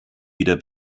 wieder